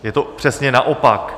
Je to přesně naopak.